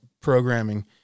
programming